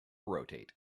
rotate